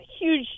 huge